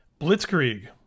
Blitzkrieg